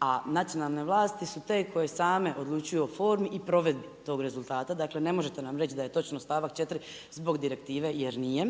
a nacionalne vlasti su te koje same odlučuju o formi i provedbi tog rezultata. Dakle ne možete nam reći da je točno stavak 4. zbog direktive jer nije.